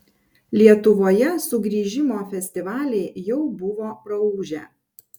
lietuvoje sugrįžimo festivaliai jau buvo praūžę